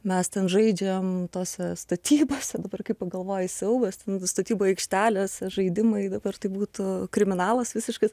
mes ten žaidžiam tose statybose dabar kai pagalvoji siaubas ten statybų aikštelėse žaidimai dabar tai būtų kriminalas visiškas